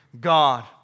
God